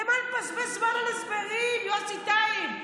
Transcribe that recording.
למה לבזבז זמן על הסברים, יוסי טייב?